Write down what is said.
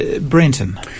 Brenton